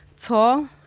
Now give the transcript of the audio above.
Tall